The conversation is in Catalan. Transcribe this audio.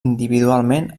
individualment